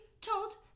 told